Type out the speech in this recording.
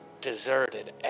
deserted